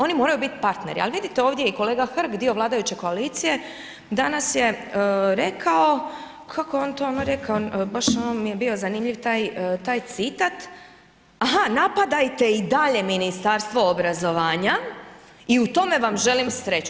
Oni moraju biti partneri, ali vidite ovdje i kolega Hrg, dio vladajuće koalicije, danas je rekao, kako je on to ono rekao, baš ono mi je bio zanimljiv taj citat, aha, napadajte i dalje Ministarstvo obrazovanja i u tome vam želim sreću.